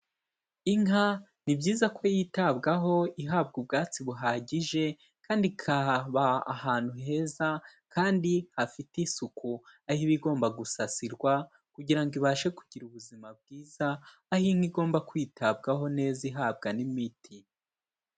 Inka ni byiza ko yitabwaho ihabwa ubwatsi buhagije kandi ikaba ahantu heza kandi hafite isuku, aho ibigomba gusasirwa kugira ibashe kugira ubuzima bwiza, aho inka igomba kwitabwaho neza ihabwa n'imiti.